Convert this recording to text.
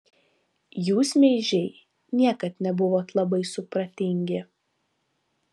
jūs meižiai niekad nebuvot labai supratingi